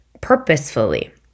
purposefully